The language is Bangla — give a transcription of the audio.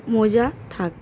মোজা থাক